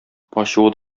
ачуы